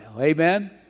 Amen